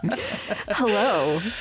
Hello